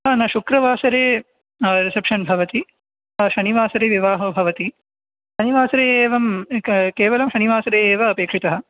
न न शुक्रवासरे रिसेप्शन् भवति शनिवासरे विवाहो भवति शनिवासरे एवं केवलं शनिवासरे एव अपेक्षितः